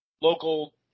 local –